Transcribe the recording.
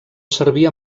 servir